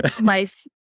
life